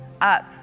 up